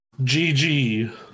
GG